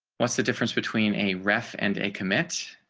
what's the difference between a ref and a commit